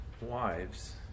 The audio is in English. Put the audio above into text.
wives